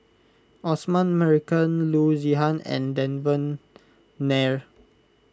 Osman Merican Loo Zihan and Devan Nair